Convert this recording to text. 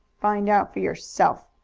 find out for yourself!